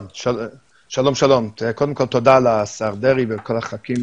שלום, קודם כל תודה לשר דרעי ולכל הח"כים